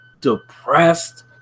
depressed